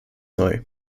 neu